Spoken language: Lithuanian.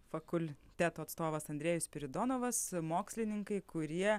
fakulteto atstovas andrejus spiridonovas mokslininkai kurie